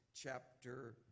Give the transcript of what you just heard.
chapter